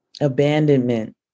abandonment